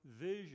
vision